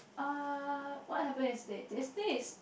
uh what happened yesterday yesterday is